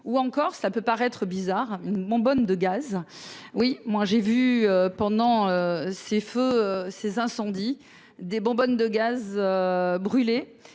ou encore ça peut paraître bizarre, une bonbonne de gaz. Oui, moi j'ai vu pendant ces feux ces incendies des bonbonnes de gaz. Brûlés